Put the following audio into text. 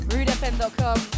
RudeFM.com